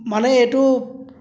মানে এইটো